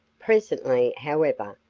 presently, however,